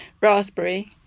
raspberry